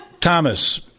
Thomas